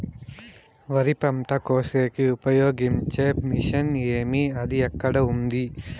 వరి పంట కోసేకి ఉపయోగించే మిషన్ ఏమి అది ఎక్కడ ఉంది?